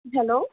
hello